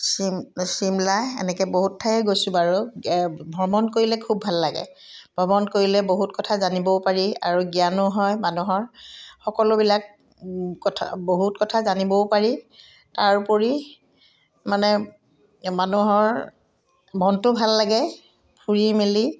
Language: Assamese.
চিমলা এনেকৈ বহুত ঠায়ে গৈছোঁ বাৰু ভ্ৰমণ কৰিলে খুব ভাল লাগে ভ্ৰমণ কৰিলে বহুত কথা জানিবও পাৰি আৰু জ্ঞানো হয় মানুহৰ সকলোবিলাক কথা বহুত কথা জানিবও পাৰি তাৰোপৰি মানে মানুহৰ মনটো ভাল লাগে ফুৰি মেলি